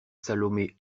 salomé